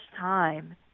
time